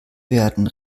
werden